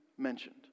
mentioned